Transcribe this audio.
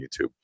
YouTube